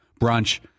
brunch